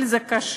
אבל זה קשה.